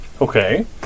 Okay